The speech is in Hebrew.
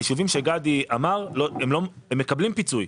היישובים שגדי אמר, הם מקבלים פיצוי.